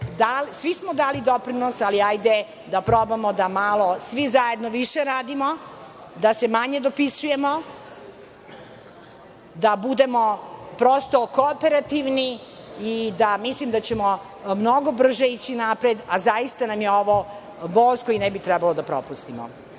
svi smo dali doprinos. Ali, hajde da probamo da malo svi zajedno više radimo, da se manje dopisujemo, da budemo kooperativni i mislim da ćemo mnogo brže ići napred, a zaista nam je ovo voz koji ne bi trebalo da propustimo. Ponavljam